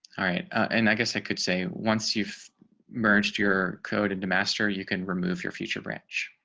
alright, and i guess i could say, once you've merged your code into master, you can remove your feature branch